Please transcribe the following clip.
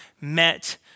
met